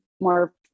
more